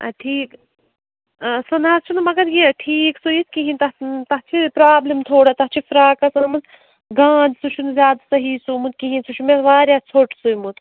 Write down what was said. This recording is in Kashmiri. اَدٕ ٹھیٖک سُہ نہ حظ چھُنہٕ مگر یہِ ٹھیٖک سُیِتھ کِہیٖنۍ تَتھ تَتھ چھِ پرٛابلِم تھوڑا تَتھ چھِ فِراکَس أنۍمٕژ گانٛد سُہ چھُنہٕ زیادٕ صحیح سُومُت کِہیٖنۍ سُہ چھُ مےٚ واریاہ ژھوٚٹ سُومُت